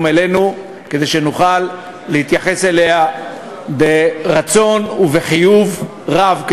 אלינו כדי שנוכל להתייחס אליה ברצון ובחיוב רב,